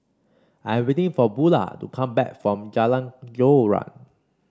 I am waiting for Bula to come back from Jalan Joran